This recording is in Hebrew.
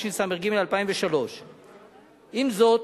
התשס"ג 2003. עם זאת,